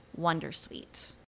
Wondersuite